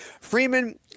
Freeman